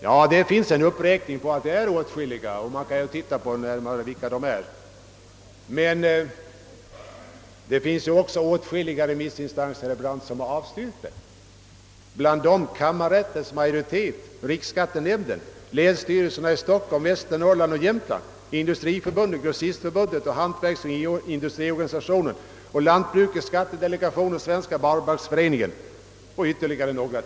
Ja, det finns en uppräkning som visar att deras antal är rätt stort, men man bör kanske se närmare efter vilka de är. Åtskilliga remissinstanser har också, herr Brandt, avstyrkt förslaget. Bland dem befinner sig kammarrättens majoritet, riksskattenämnden, länsstyrelserna i Stockholms, Västernorrlands och Jämtlands län, Industriförbundet, Grossistförbun det, Hantverksoch industriorganisationen, Lantbrukets skattedelegation, Svenska sparbanksföreningen och ytterligare några.